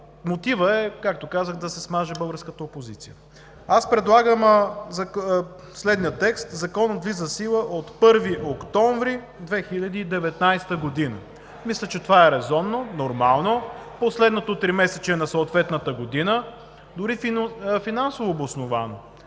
Мотивът е, както казах, да се смаже българската опозиция. Предлагам следния текст: „Законът влиза в сила от 1 октомври 2019 г.“ Мисля, че това е резонно, нормално – последното тримесечие на съответната година, дори финансово обосновано.